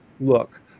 look